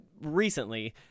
recently